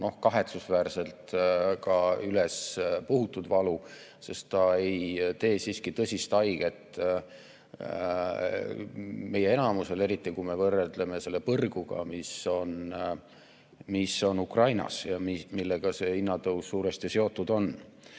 kahetsusväärselt ka ülespuhutud valu, sest ta ei tee siiski tõsist haiget meie enamusele, eriti kui me võrdleme selle põrguga, mis on Ukrainas ja millega see hinnatõus suuresti seotud on.